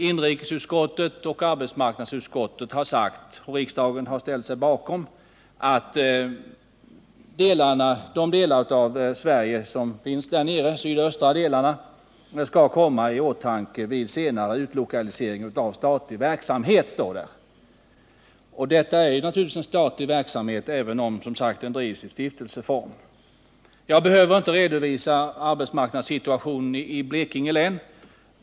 Inrikesutskottet och arbetsmarknadsutskottet har sagt, och riksdagen har ställt sig bakom detta, att de sydöstra delarna av Sverige skall komma i åtanke vid senare utlokalisering av statlig verksamhet. Detta är naturligtvis också statlig verksamhet, även om den som sagt drivs i stiftelseform. Jag behöver inte redovisa arbetsmarknadssituationen i Blekinge län.